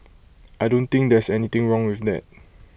I don't think there's anything wrong with that